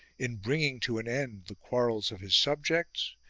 in bringing to an end the quarrels of his subjects,